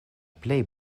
plej